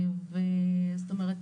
זאת אומרת,